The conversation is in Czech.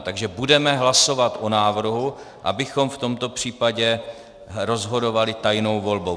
Takže budeme hlasovat o návrhu, abychom v tomto případě rozhodovali tajnou volbou.